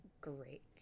great